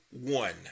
one